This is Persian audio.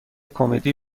کمدی